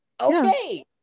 Okay